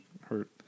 hurt